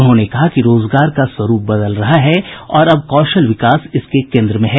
उन्होंने कहा कि रोजगार का स्वरूप बदल रहा है और अब कौशल विकास इसके केंद्र में है